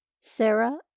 Sarah